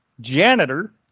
janitor